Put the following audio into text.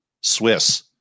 Swiss